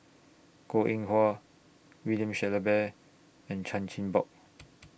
Goh Eng Wah William Shellabear and Chan Chin Bock